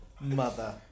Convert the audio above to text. mother